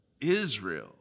Israel